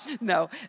no